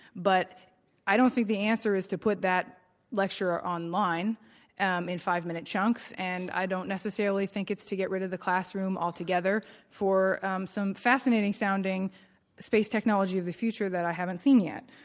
but i don't think the answer is to put that lecture online um in five-minute chunks. and i don't necessarily think it's to get rid of the classroom altogether for some fascinating sounding space technology of the future that i haven't seen yet,